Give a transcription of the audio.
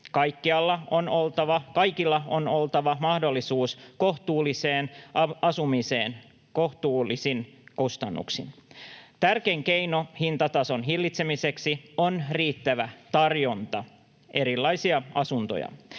Kaikilla on oltava mahdollisuus kohtuulliseen asumiseen kohtuullisin kustannuksin. Tärkein keino hintatason hillitsemiseksi on riittävä tarjonta erilaisia asuntoja.